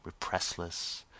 repressless